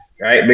right